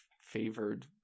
favored